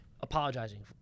apologizing